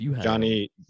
Johnny